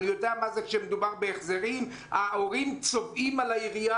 אני יודע מה זה אומר כשמדובר בהחזרים ההורים צובאים על העירייה,